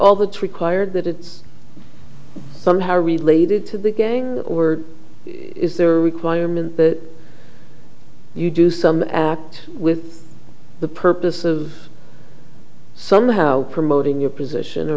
all the to require that it's somehow related to the gang or is there a requirement that you do some with the purpose of somehow promoting your position or